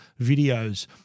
videos